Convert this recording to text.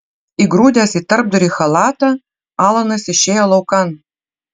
įgrūdęs į tarpdurį chalatą alanas išėjo laukan